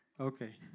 Okay